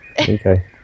Okay